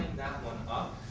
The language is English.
that one up,